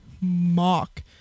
Mock